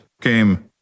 game